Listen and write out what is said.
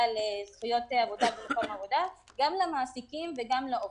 לזכויות עבודה במקום העבודה למעסיקים ולעובדות.